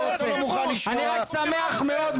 עופר אני שמח מאוד אני רק שמח מאוד,